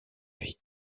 vie